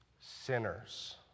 sinners